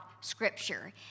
Scripture